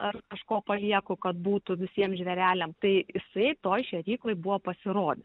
ar kažko palieku kad būtų visiem žvėreliam tai isai toj šėrykloj buvo pasirodęs